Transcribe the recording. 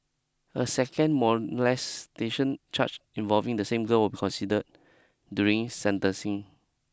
a second molestation charge involving the same girl will be considered during sentencing